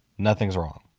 nothing is wrong.